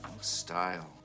style